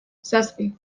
zazpi